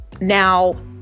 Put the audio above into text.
now